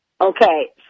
Okay